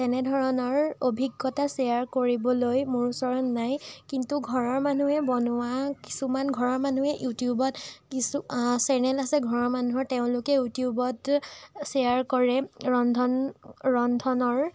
তেনেধৰণৰ অভিজ্ঞতা শ্বেয়াৰ কৰিবলৈ মোৰ ওচৰত নাই কিন্তু ঘৰৰ মানুহে বনোৱা কিছুমান ঘৰৰ মানুহে ইউটিউবত কিছু চেনেল আছে ঘৰৰ মানুহৰ তেওঁলোকে ইউটিউবত শ্বেয়াৰ কৰে ৰন্ধন ৰন্ধনৰ